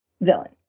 villain